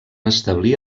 establir